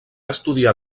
estudiar